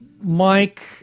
Mike